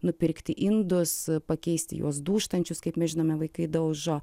nupirkti indus pakeisti juos dūžtančius kaip mes žinome vaikai daužo